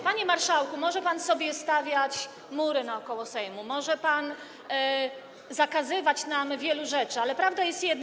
Panie marszałku, może pan sobie stawiać mury naokoło Sejmu, może pan zakazywać nam wielu rzeczy, ale prawda jest jedna.